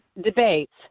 debates